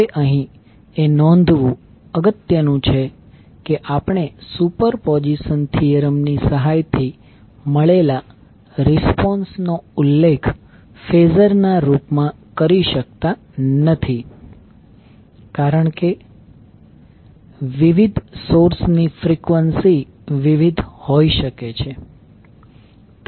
હવે અહીં એ નોંધવું અગત્યનું છે કે આપણે સુપરપોઝિશન થીયરમ ની સહાયથી મળેલા રિસ્પોન્સ નો ઉલ્લેખ ફેઝર ના રૂપમાં કરી શકતા નથી કારણ કે વિવિધ સોર્સ ની ફ્રીક્વન્સી વિવિધ હોઈ શકે છે